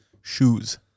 Shoes